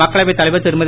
மக்களவைத் தலைவர் திருமதி